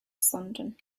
sonden